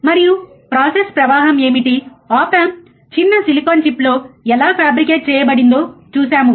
మరియు ప్రాసెస్ ప్రవాహం ఏమిటి ఆప్ ఆంప్ చిన్న సిలికాన్ చిప్లో ఎలా ఫ్యాబ్రికేట్ చేయబడిందో చూశాము